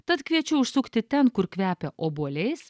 tad kviečiu užsukti ten kur kvepia obuoliais